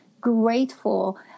grateful